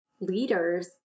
leaders